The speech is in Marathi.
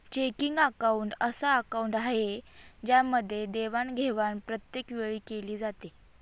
चेकिंग अकाउंट अस अकाउंट आहे ज्यामध्ये देवाणघेवाण प्रत्येक वेळी केली जाते